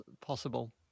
possible